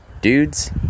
Dudes